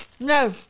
no